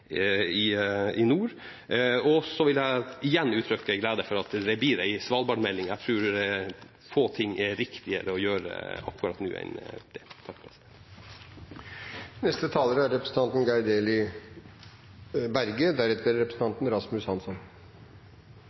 i nord. Og så vil jeg igjen uttrykke min glede over at det blir en svalbardmelding. Jeg tror få ting er viktigere å gjøre akkurat nå enn det.